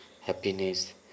happiness